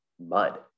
mud